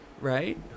right